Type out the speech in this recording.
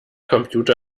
computer